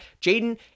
Jaden